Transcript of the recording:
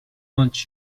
haunt